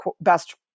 best